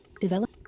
develop